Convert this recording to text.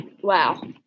Wow